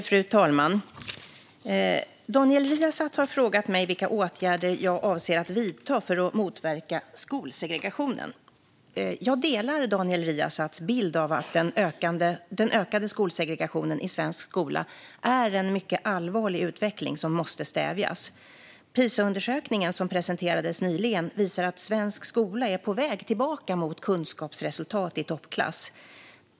Fru talman! Daniel Riazat har frågat mig vilka åtgärder jag avser att vidta för att motverka skolsegregationen. Jag delar Daniel Riazats bild av att den ökade skolsegregationen i svensk skola är en mycket allvarlig utveckling som måste stävjas. PISA-undersökningen som presenterades nyligen visar att svensk skola är på väg tillbaka mot kunskapsresultat i toppklass.